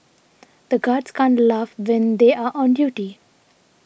the guards can't laugh when they are on duty